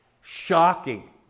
shocking